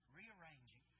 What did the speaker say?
rearranging